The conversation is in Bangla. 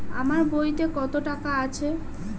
আমার বইতে কত টাকা আছে?